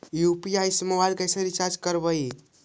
UPI से mobile recharge कैसे करबइ?